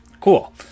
cool